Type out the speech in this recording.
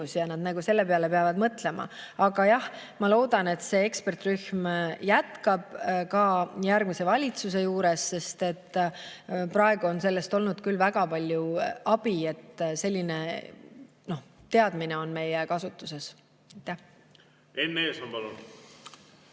ja nad peavad selle peale mõtlema. Aga jah, ma loodan, et see ekspertrühm jätkab ka järgmise valitsuse juures, sest praegu on küll olnud väga palju abi sellest, et selline teadmine on meie kasutuses olnud.